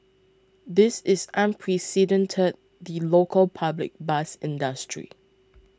this is unprecedented the local public bus industry